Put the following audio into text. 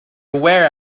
wear